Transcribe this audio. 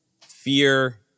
fear